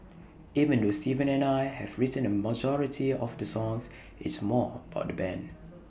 even though Steven and I have written A majority of the songs it's more about the Band